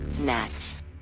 gnats